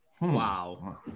Wow